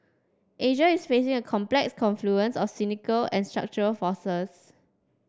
Asia is facing a complex confluence of cyclical and structural forces